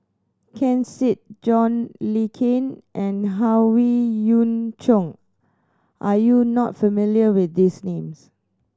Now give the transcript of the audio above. Ken Seet John Le Cain and Howe Yoon Chong are you not familiar with these names